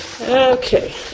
Okay